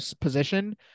position